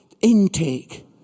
intake